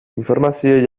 informazio